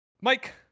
Mike